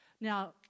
Now